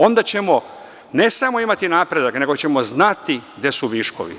Onda ćemo ne samo imati napredak, nego ćemo znati gde su viškovi.